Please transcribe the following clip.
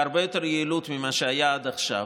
בהרבה יותר יעילות ממה שהיה עד עכשיו,